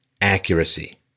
accuracy